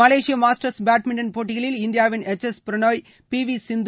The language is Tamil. மலேசியா மாஸ்டர்ஸ் பேட்மிண்டன் போட்டிகளில் இந்தியாவின் H S Prannoy P V சிந்து